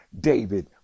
David